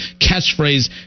catchphrase